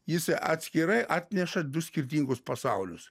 jis atskirai atneša du skirtingus pasaulius